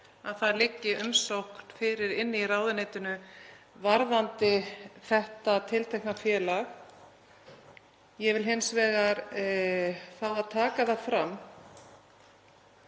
að það liggi umsókn inni í ráðuneytinu varðandi þetta tiltekna félag. Ég vil hins vegar fá að taka það fram